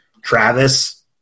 Travis